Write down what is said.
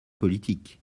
politiques